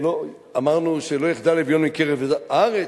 אמרנו ש"לא יחדל אביון מקרב הארץ",